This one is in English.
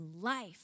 life